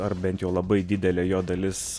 ar bent jau labai didelė jo dalis